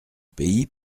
pays